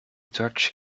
dodge